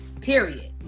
period